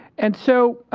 and so